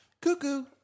cuckoo